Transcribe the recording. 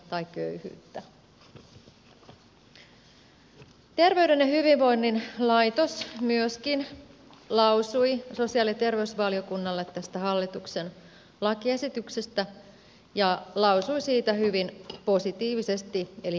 myöskin terveyden ja hyvinvoinnin laitos lausui sosiaali ja terveysvaliokunnalle tästä hallituksen lakiesityksestä ja lausui siitä hyvin positiivisesti eli myöntävästi